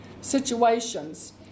situations